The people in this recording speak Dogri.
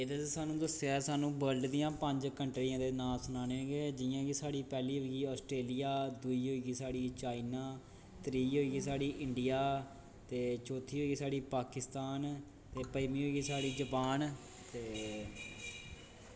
एह्दे च दस्सेआ सानु वर्ल्ड दियां पंज कंट्रियें दे नांऽ सनाने जियां केह् पैह्ली होई आस्ट्रेलिया दूई होई साढ़ी चाइना त्रीऽ होई साढ़ी इंडिया ते चौथी होई साढ़ी पाकिस्तान ते पंजमीं होई साढ़ी जपान